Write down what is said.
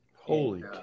Holy